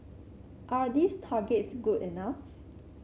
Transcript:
are these targets good enough